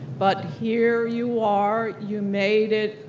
but here you are, you made it.